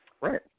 Right